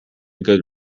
good